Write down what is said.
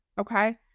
okay